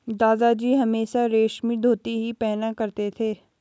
दादाजी हमेशा रेशमी धोती ही पहना करते थे